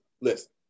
listen